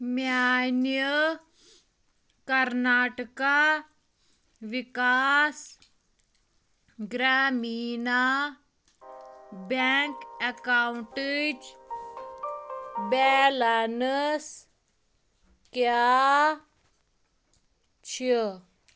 میٛانہِ کرناٹٕکا وِکاس گرٛامیٖنا بیٚنٛک ایکاوُنٛٹٕچ بیلینٕس کیٛاہ چھِ